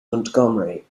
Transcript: montgomery